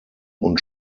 und